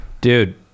dude